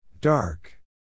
Dark